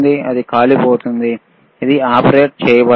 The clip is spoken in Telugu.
ఇది కాలిపోతుంది ఇది ఆపరేట్ చేయబడదు